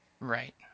Right